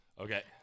okay